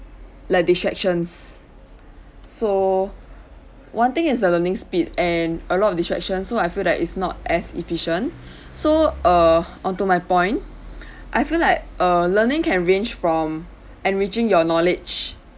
like distractions so one thing is the learning speed and a lot of distraction so I feel that is not as efficient so err onto my point I feel like err learning can range from enriching your knowledge